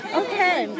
okay